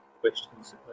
questions